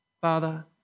Father